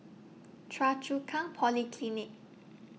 Choa Chu Kang Polyclinic